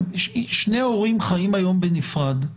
שני הורים חיים היום בנפרד.